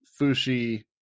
Fushi